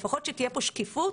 לפחות שתהיה פה שקיפות